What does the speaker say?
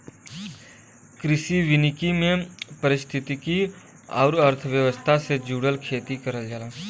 कृषि वानिकी में पारिस्थितिकी आउर अर्थव्यवस्था से जुड़ल खेती करल जाला